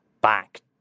back